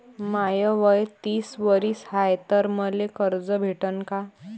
माय वय तीस वरीस हाय तर मले कर्ज भेटन का?